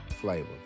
flavor